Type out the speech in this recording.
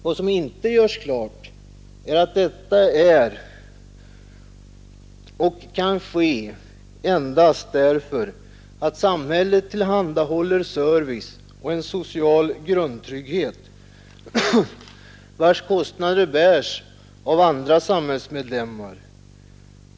Vad som inte görs klart är att detta kan ske endast därför att samhället tillhandahåller service och en social grundtrygghet vars kostnader bärs av andra samhällsmedlemmar.